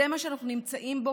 אנחנו כבר נמצאים בו.